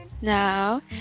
Now